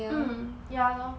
mm ya lor